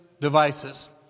devices